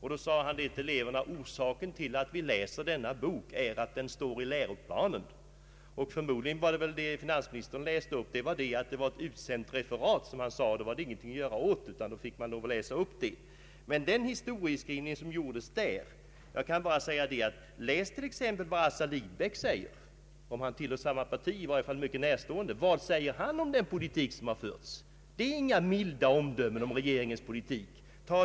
Han sade till eleverna: ”Orsaken till att vi läser denna bok är att den står i läroplanen.” Förmodligen var orsaken till att finansministern läste upp detta avsnitt att det var ett utsänt referat, och då var det ingenting att göra åt. Men beträffande den historieskrivningen kan jag bara säga: Läs t.ex. vad Assar Lindbeck säger! Om han inte tillhör samma parti som finansministern så är han i varje fall mycket närstående. Han ger inga milda omdömen om den politik som regeringen för.